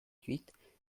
huit